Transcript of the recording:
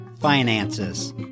finances